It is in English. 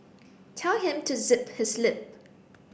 tell him to zip his lip